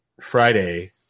Friday